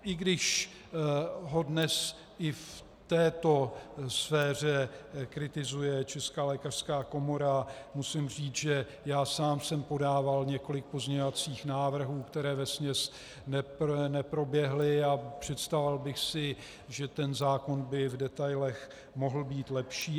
I když ho dnes i v této sféře kritizuje Česká lékařská komora, musím říct, že já sám jsem podával několik pozměňovacích návrhů, které vesměs neproběhly, a představoval bych si, že ten zákon by v detailech mohl být lepší.